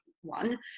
one